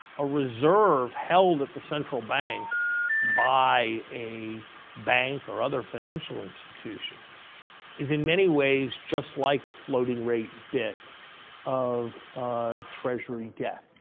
a reserve held at the central bank by a bank or other financial institution is, in many ways, just like a floating rate bit of ah treasury debt.